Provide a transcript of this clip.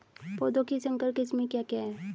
पौधों की संकर किस्में क्या क्या हैं?